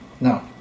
no